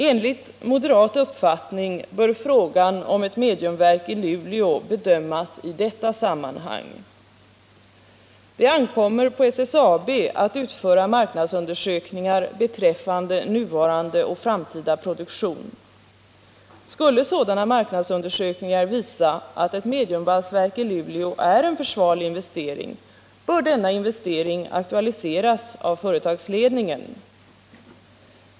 Enligt moderat uppfattning bör frågan om ett mediumverk i Luleå bedömas i detta sammanhang. Det ankommer på SSAB att utföra marknadsundersökningar beträffande nuvarande och framtida produktion. Skulle sådana marknadsundersökningar visa att ett mediumvalsverk i Luleå är en försvarlig investering, bör denna investering aktualiseras av företagsledningen.